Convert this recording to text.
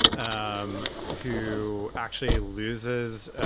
um who actually loses,